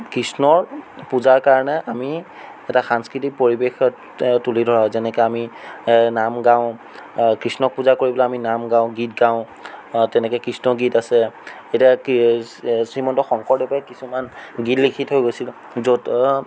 কৃষ্ণৰ পূজাৰ কাৰণে আমি এটা সাংস্কৃতিক পৰিৱেশত তুলি ধৰা হয় যেনেকৈ আমি নাম গাওঁ কৃষ্ণক পূজা কৰিবলৈ আমি নাম গাওঁ গীত গাওঁ তেনেকৈ কৃষ্ণৰ গীত আছে এতিয়া শ্ৰীমন্ত শংকৰদেৱে কিছুমান গীত লিখি থৈ গৈছিল য'ত